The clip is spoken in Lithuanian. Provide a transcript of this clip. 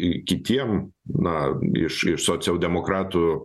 į kitiems na iš iš socialdemokratų